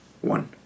One